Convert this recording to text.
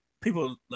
people